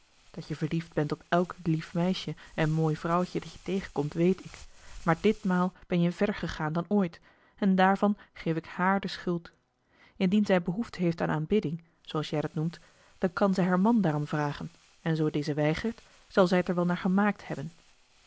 dat je verliefd bent op elk lief meisje en mooi vrouwtje dat je tegenkomt weet ik maar ditmaal ben je verder gegaan dan ooit en daarvan geef ik haar de schuld indien zij behoefte heeft aan aanbidding zooals jij dat noemt dan kan zij haar man daarom vragen en zoo deze weigert zal zij t er wel naar gemaakt hebben